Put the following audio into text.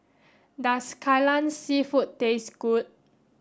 does Kai Lan seafood taste good